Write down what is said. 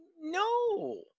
no